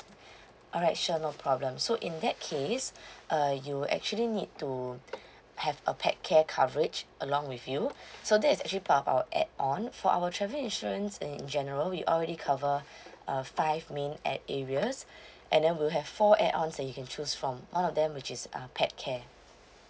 alright sure no problem so in that case uh you actually need to have a pet care coverage along with you so that is actually part of our add-on for our travel insurance in general we already cover uh five main at areas and then we have four add-on that you can choose from one of them which is uh pet care